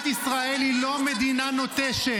אתה עושה